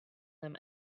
them